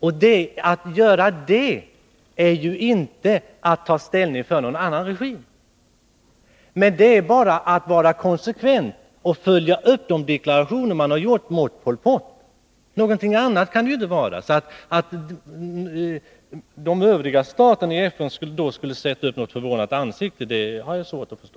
Därmed tar man ju inte ställning för någon annan regim, men man är konsekvent och följer upp de deklarationer som man gjort mot Pol Pot. Att de övriga staterna i FN då skulle uppfatta detta som en ändrad inställning i Kampuchea-frågan har jag svårt att förstå.